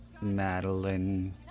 Madeline